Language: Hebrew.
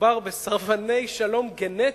מדובר בסרבני שלום גנטיים,